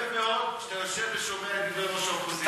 יפה מאוד שאתה יושב ושומע את דברי יושב-ראש האופוזיציה.